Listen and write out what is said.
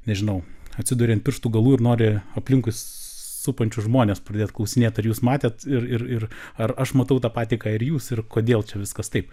nežinau atsiduri ant pirštų galų ir nori aplinkui supančius žmones pradėt klausinėt ar jūs matėt ir ir ir ar aš matau tą patį ką ir jūs ir kodėl čia viskas taip